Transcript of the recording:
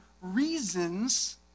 reasons